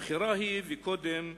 הבחירה היא, וקודם ליהודים,